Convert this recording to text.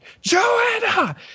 Joanna